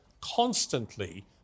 constantly